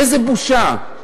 איזו בושה.